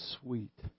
sweet